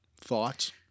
thoughts